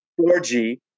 4G